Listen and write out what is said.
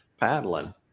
paddling